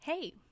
Hey